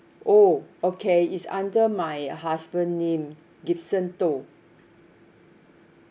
oh okay it's under my husband name gibson toh